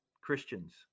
christians